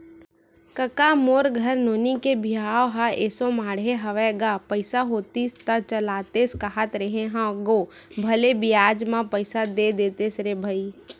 कका मोर घर नोनी के बिहाव ह एसो माड़हे हवय गा पइसा होतिस त चलातेस कांहत रेहे हंव गो भले बियाज म पइसा दे देतेस रे भई